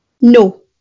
No